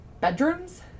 bedrooms